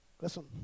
Listen